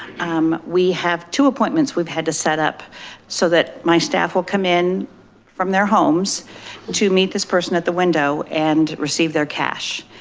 um we have two appointments we've had to set up so that my staff will come in from their homes to meet this person at the window and receive their cash.